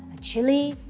a chilli,